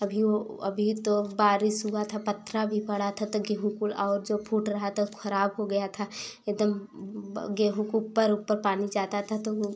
अभी वो अभी तो बारिश हुआ था पत्थर भी पड़ा था तो गेहूँ कुल और जो फूट रहा था वो खराब हो गया था एक दम गेहूँ के ऊपर ऊपर पानी जाता था तो वो